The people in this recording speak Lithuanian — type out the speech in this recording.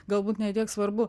galbūt ne tiek svarbu